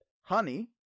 honey